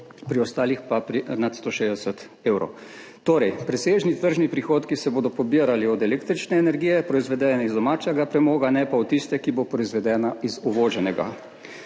pri ostalih pa nad 160 evrov. Torej, presežni tržni prihodki se bodo pobirali od električne energije, proizvedene iz domačega premoga, ne pa od tiste, ki bo proizvedena iz uvoženega.